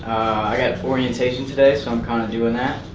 i got orientation today so i'm kind of doing that.